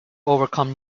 overcome